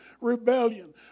rebellion